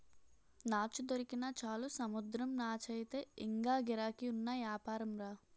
నాచు దొరికినా చాలు సముద్రం నాచయితే ఇంగా గిరాకీ ఉన్న యాపారంరా